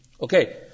Okay